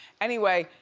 anyway,